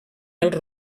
els